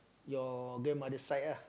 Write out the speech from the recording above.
your grandmother side ah